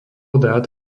dát